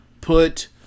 put